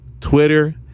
Twitter